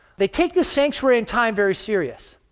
they take this sanctuary in time very serious.